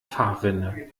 fahrrinne